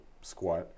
squat